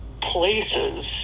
places